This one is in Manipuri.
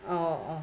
ꯑꯧ ꯑꯣ